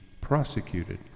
prosecuted